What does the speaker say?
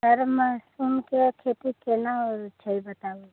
घरमे मशरूमके खेती कोना होइ छै बताउ